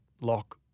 lock